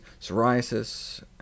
psoriasis